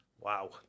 wow